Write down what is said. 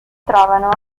trovano